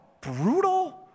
brutal